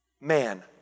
man